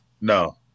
No